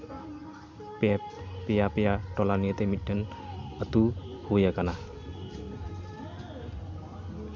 ᱯᱮ ᱯᱮᱭᱟᱼᱯᱮᱭᱟ ᱴᱚᱞᱟ ᱱᱤᱭᱟᱹ ᱛᱮ ᱢᱤᱫᱴᱮᱱ ᱟᱹᱛᱩ ᱦᱩᱭᱟᱠᱟᱱᱟ